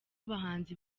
abahanzi